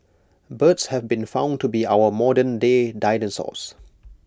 birds have been found to be our modern day dinosaurs